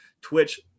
Twitch